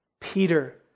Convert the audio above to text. Peter